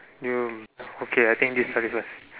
you okay I think this is the difference